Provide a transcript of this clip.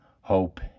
hope